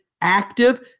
active